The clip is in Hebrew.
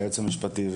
היועץ המשפטי,